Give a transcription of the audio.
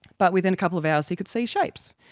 but within a couple of hours he could see shapes,